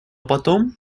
потом